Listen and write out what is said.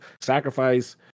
Sacrifice